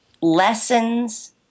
lessons